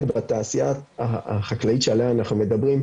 בתעשייה החקלאית שעליה אנחנו מדברים,